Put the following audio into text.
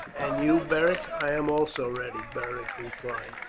and you, beric? i am also ready, beric replied.